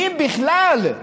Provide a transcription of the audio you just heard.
ואם בכלל,